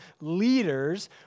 leaders